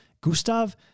Gustav